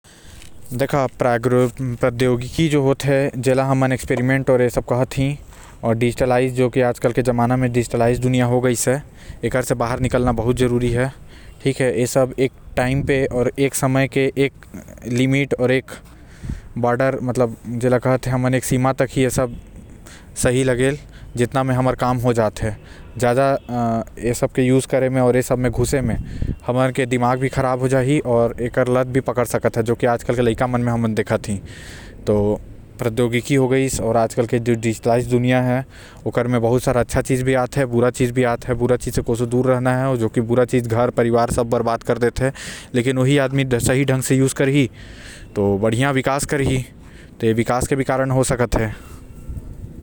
जो आज कल के डिजिटलाइज्ड दुनिया हो गाइस हे ओकर से बाहर निकलना भी जरूरी होएल काबर की आदमी असली व्यायाम ल भूले जात हे जो ज़िंदगी म बहुत जरूरी हे।